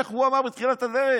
איך הוא אמר בתחילת הדרך,